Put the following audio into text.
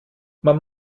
man